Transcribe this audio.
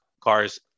cars